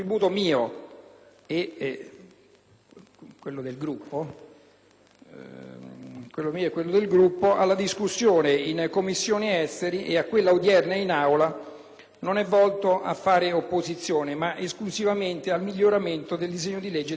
mio e del mio Gruppo alla discussione in Commissione esteri e a quella odierna in Aula non è volto a fare opposizione ma esclusivamente al miglioramento del disegno di legge di conversione. In tal senso abbiamo presentato due ordini del giorno,